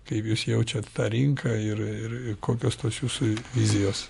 kaip jūs jaučiat tą rinką ir ir kokios tos jūsų vizijos